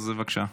בבקשה.